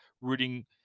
rooting